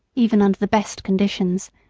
even under the best conditions,